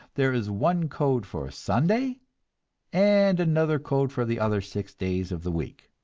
there is one code for sunday and another code for the other six days of the week.